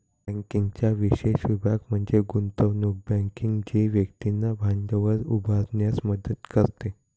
बँकिंगचा विशेष विभाग म्हणजे गुंतवणूक बँकिंग जी व्यक्तींना भांडवल उभारण्यास मदत करते